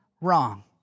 wrong